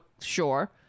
sure